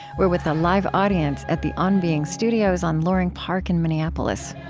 we're with a live audience at the on being studios on loring park, in minneapolis